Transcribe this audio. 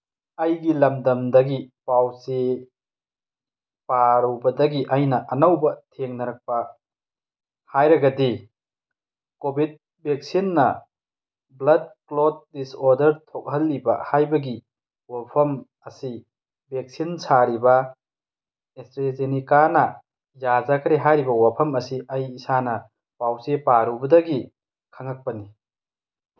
ꯑꯩꯒꯤ ꯂꯝꯗꯝꯗꯒꯤ ꯄꯥꯎ ꯆꯦ ꯄꯥꯔꯨꯕꯗꯒꯤ ꯑꯩꯅ ꯑꯅꯧꯕ ꯊꯦꯡꯅꯔꯛꯄ ꯍꯥꯏꯔꯒꯗꯤ ꯀꯣꯚꯤꯠ ꯚꯦꯛꯁꯤꯟꯅ ꯕ꯭ꯂꯠ ꯀ꯭ꯂꯣꯠ ꯗꯤꯁꯑꯣꯗꯔ ꯊꯣꯛꯍꯜꯂꯤꯕ ꯍꯥꯏꯕꯒꯤ ꯋꯥꯐꯝ ꯑꯁꯤ ꯚꯦꯛꯁꯤꯟ ꯁꯥꯔꯤꯕ ꯑꯦꯁꯇ꯭ꯔꯦꯖꯦꯅꯤꯀꯥꯅ ꯌꯥꯖꯈ꯭ꯔꯦ ꯍꯥꯏꯔꯤꯕ ꯋꯥꯐꯝ ꯑꯁꯤ ꯑꯩ ꯏꯁꯥꯅ ꯄꯥꯎ ꯆꯦ ꯄꯥꯔꯨꯕꯗꯒꯤ ꯈꯪꯉꯛꯄꯅꯤ